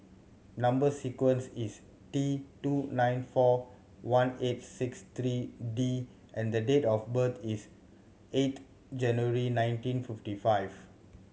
number sequence is T two nine four one eight six three D and the date of birth is eight January nineteen fifty five